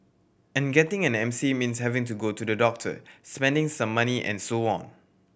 and getting an M C means having to go to the doctor spending some money and so on